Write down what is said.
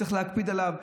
צריך להקפיד עליו.